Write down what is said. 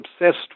obsessed